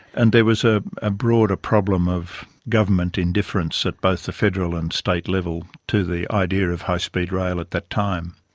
and there was a ah broader problem of government indifference at both the federal and state level to the idea of high speed rail at that time.